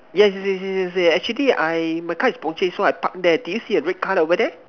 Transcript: yes yes yes yes yes yes actually I my car is Porsche so I park there do you see a red car over there